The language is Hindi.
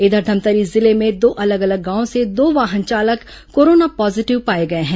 इधर धमतरी जिले में दो अलग अलग गांव से दो वाहन चालक कोरोना पॉजीटिव पाए गए हैं